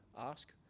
ask